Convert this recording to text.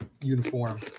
Uniform